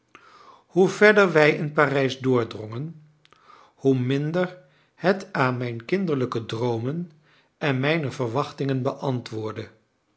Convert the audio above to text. hoe verder wij in parijs doordrongen hoe minder het aan mijn kinderlijke droomen en mijne verwachtingen beantwoordde